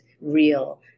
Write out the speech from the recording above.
real